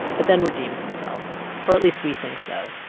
but then redeems himself or at least we think so.